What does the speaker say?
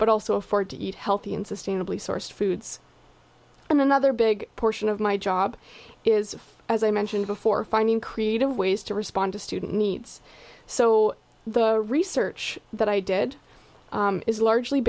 but also afford to eat healthy and sustainably sourced foods and another big portion of my job is as i mentioned before finding creative ways to respond to student needs so the research that i did is largely